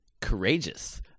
courageous